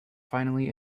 finally